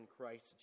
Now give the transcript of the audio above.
Christ